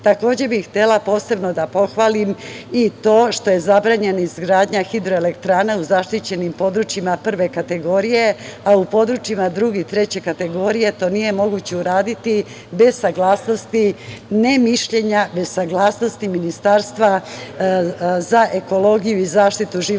bih htela posebno da pohvalim i to što je zabranjena izgradnja hidroelektrane u zaštićenim područjima prve kategorije, a u područjima druge i treće kategorije, to nije moguće uradi bez saglasnosti ne mišljenja, bez saglasnosti Ministarstva za ekologiju i za zaštitu životne